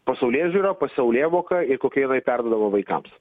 pasaulėžiūra pasaulėvoka ir kokie yra ir perduodavo vaikams